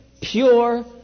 pure